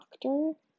doctor